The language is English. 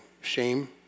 shame